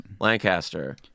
Lancaster